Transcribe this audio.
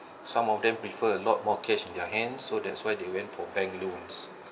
some of them prefer a lot more cash in their hand so that's why they went for bank loans